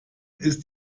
ist